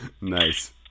nice